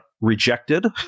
rejected